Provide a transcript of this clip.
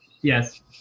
Yes